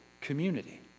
community